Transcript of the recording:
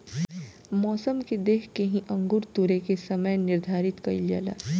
मौसम के देख के ही अंगूर तुरेके के समय के निर्धारित कईल जाला